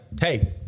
hey